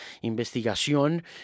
investigación